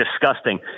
disgusting